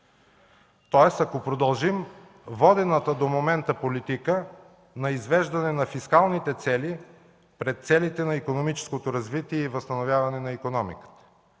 тоест, ако продължим водената до момента политика на извеждане на фискалните цели пред целите на икономическото развитие и възстановяване на икономиката